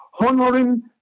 honoring